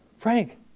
Frank